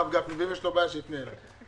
ואם יש לו בעיה אז שיפנה אליי.